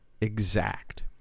exact